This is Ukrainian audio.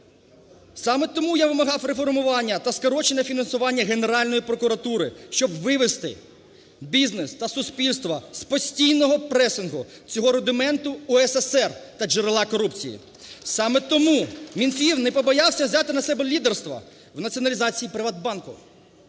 Саме тому я вимагав реформування та скорочене фінансування Генеральної прокуратури. Щоб вивести бізнес та суспільство з постійного пресингу цього рудименту УРСР та джерела корупції. Саме тому Мінфін не побоявся взяти на себе лідерство в націоналізації "ПриватБанку"